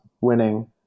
winning